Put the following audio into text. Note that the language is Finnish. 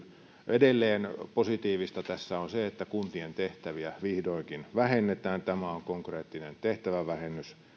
edelleen positiivista tässä on se että kuntien tehtäviä vihdoinkin vähennetään tämä on konkreettinen tehtävävähennys